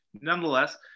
nonetheless